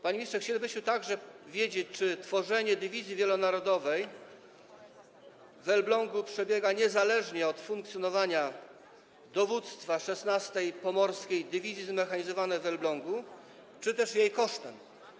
Panie ministrze, chcielibyśmy także wiedzieć, czy tworzenie dywizji wielonarodowej w Elblągu przebiega niezależnie od funkcjonowania dowództwa 16. Pomorskiej Dywizji Zmechanizowanej w Elblągu czy też jej kosztem.